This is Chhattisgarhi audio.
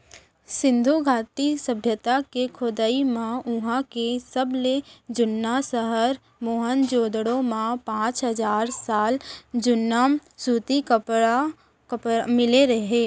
सिंधु घाटी सभ्यता के खोदई म उहां के सबले जुन्ना सहर मोहनजोदड़ो म पांच हजार साल जुन्ना सूती कपरा मिले हे